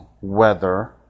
weather